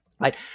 right